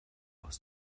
aus